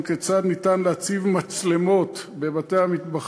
כיצד ניתן להציב מצלמות בבתי-המטבחיים,